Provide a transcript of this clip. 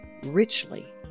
richly